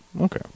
okay